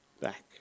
back